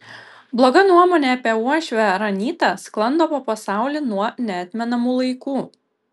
bloga nuomonė apie uošvę ar anytą sklando po pasaulį nuo neatmenamų laikų